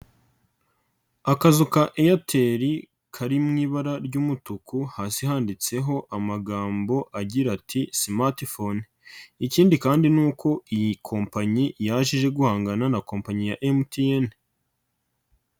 Akazu ka Airtel kari mu ibara ry'umutuku, hasi handitseho amagambo agira ati smart phone, ikindi kandi ni uko iyi kompanyi yaje guhangana na kompanyi ya MTN.